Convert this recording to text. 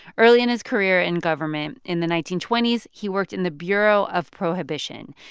early in his career in government, in the nineteen twenty s, he worked in the bureau of prohibition.